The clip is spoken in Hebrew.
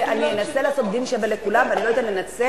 אני אנסה לעשות דין שווה לכולם ואני לא אתן לנצל,